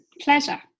pleasure